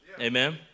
Amen